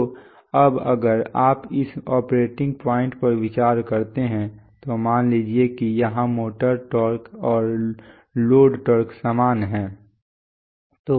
तो अब अगर आप इस ऑपरेटिंग पॉइंट पर विचार करते हैं तो मान लीजिए कि यहाँ मोटर टॉर्क और लोड टॉर्क समान हैं